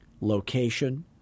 location